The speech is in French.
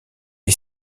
est